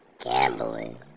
gambling